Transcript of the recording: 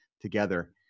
together